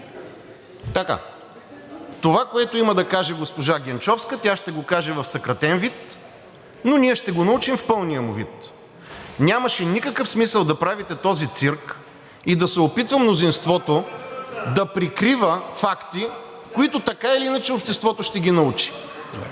Това, което има да каже госпожа Генчовска, ще го каже в съкратен вид, но ние ще го научим в пълния му вид. Нямаше никакъв смисъл да правите този цирк и да се опитва мнозинството да прикрива факти, които така или иначе обществото ще ги научи.